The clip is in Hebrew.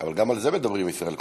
אבל גם על זה מדברים עם ישראל.